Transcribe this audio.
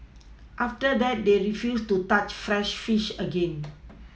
after that they refused to touch fresh fish again